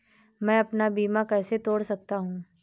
मैं अपना बीमा कैसे तोड़ सकता हूँ?